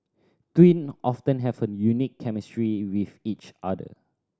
twin often have a unique chemistry with each other